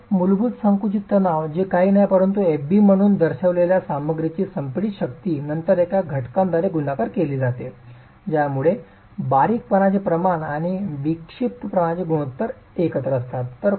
तर मूलभूत संकुचित तणाव जे काही नाही परंतु fb म्हणून दर्शविलेल्या सामग्रीची संपीडित शक्ती नंतर एका घटकाद्वारे गुणाकार केली जाते ज्यामुळे बारीकपणाचे प्रमाण आणि विक्षिप्तपणाचे गुणोत्तर एकत्र असतात